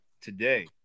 today